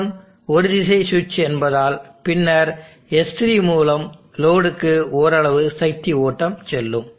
S1 ஒரு திசை சுவிட்ச் என்பதால் பின்னர் S3 மூலம் லோடுக்கு ஓரளவு சக்தி ஓட்டம் செல்லும்